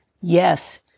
yes